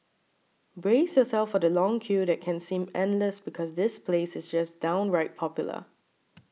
brace yourself for the long queue that can seem endless because this place is just downright popular